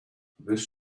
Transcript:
this